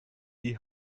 die